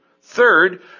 Third